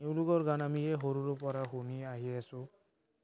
এওঁলোকৰ গান আমি এই সৰুৰ পৰা শুনি আহি আছোঁ